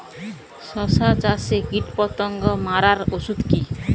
শসা চাষে কীটপতঙ্গ মারার ওষুধ কি?